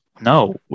no